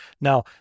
Now